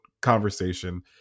conversation